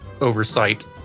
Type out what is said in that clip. oversight